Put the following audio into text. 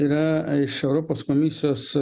yra iš europos komisijos